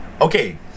Okay